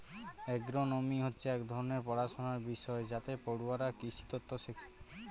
agronomy হচ্ছে এক ধরনের পড়াশনার বিষয় যাতে পড়ুয়ারা কৃষিতত্ত্ব শেখে